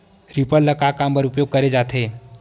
Reaper ल का काम बर उपयोग करे जाथे?